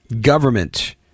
Government